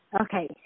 Okay